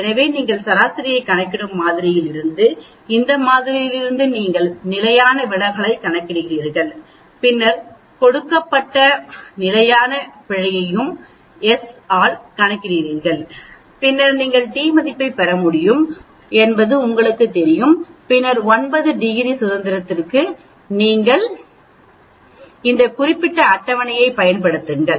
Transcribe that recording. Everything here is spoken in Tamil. எனவே நீங்கள் சராசரியைக் கணக்கிடும் மாதிரியிலிருந்து இந்த மாதிரியிலிருந்து நீங்கள் நிலையான விலகலைக் கணக்கிடுகிறீர்கள் பின்னர் கொடுக்கப்பட்ட நிலையான பிழையை எஸ் ஆல் கணக்கிடுகிறீர்கள் பின்னர் நீங்கள் t மதிப்பைப் பெற முடியும் என்பது உங்களுக்குத் தெரியும் பின்னர் 9 டிகிரி சுதந்திரத்திற்கு நீங்கள் இந்த குறிப்பிட்ட அட்டவணையைப் பயன்படுத்துங்கள்